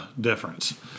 difference